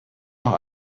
noch